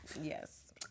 Yes